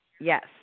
yes